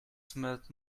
smelled